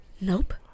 nope